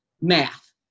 math